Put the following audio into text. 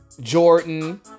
Jordan